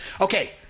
Okay